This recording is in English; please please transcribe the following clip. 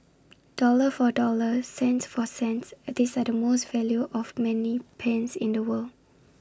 dollar for dollar cent for cent these are the most value of money pens in the world